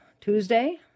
Tuesday